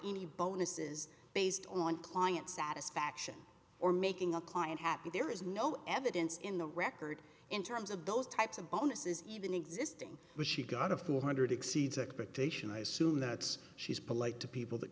any bonuses based on client satisfaction or making a client happy there is no evidence in the record in terms of those types of bonuses even existing when she got a four hundred exceeds expectation i assume that's she's polite to people that